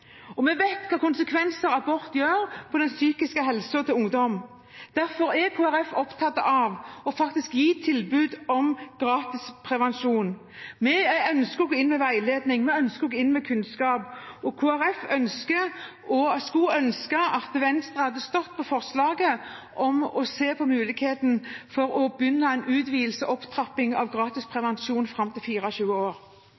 år. Vi vet hvilke konsekvenser abort har for den psykiske helsen til ungdom. Derfor er Kristelig Folkeparti opptatt av å gi tilbud om gratis prevensjon. Vi ønsker å gå inn med veiledning, og vi ønsker å gå inn med kunnskap. Kristelig Folkeparti skulle ønske at Venstre hadde stått på forslaget om å se på muligheten for å begynne med en utvidelse/opptrapping av gratis